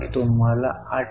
तर तुम्हाला 8